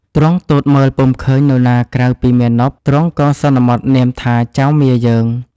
ទ្រង់ទតមើលពុំឃើញនរណាក្រៅពីមាណព ទ្រង់ក៏សន្មតនាមថា ចៅមាយើង។